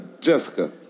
Jessica